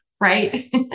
right